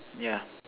yeah